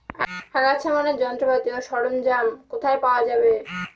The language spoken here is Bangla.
আগাছা মারার যন্ত্রপাতি ও সরঞ্জাম কোথায় পাওয়া যাবে?